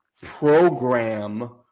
program